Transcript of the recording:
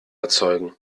erzeugen